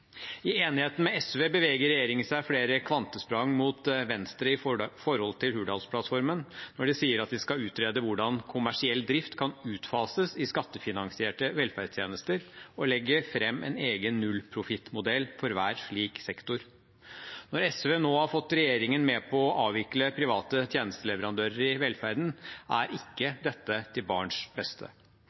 I enigheten med SV beveger regjeringen seg flere kvantesprang mot venstre i forhold til Hurdalsplattformen når de sier at de skal utrede hvordan kommersiell drift kan utfases i skattefinansierte velferdstjenester, og legge fram en egen nullprofittmodell for hver slik sektor. Når SV nå har fått regjeringen med på å avvikle private tjenesteleverandører i velferden, er ikke dette til barns beste.